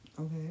Okay